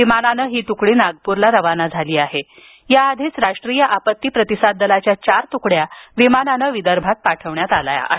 विमानानं ही त्कडी नागप्रला रवाना झाली आहे तर या आधीच राष्ट्रीय आपत्ती प्रतिसाद दलाच्या चार तुकड्या विमानाने विदर्भात पाठवण्यात आल्या आहेत